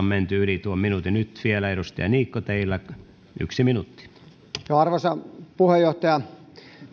menty yli tuon minuutin nyt vielä edustaja niikko teillä yksi minuutti arvoisa puheenjohtaja